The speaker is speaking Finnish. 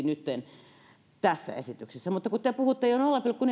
nytten tässä esityksessä mutta kun te puhuitte jo nolla pilkku